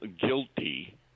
guilty